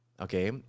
Okay